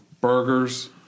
burgers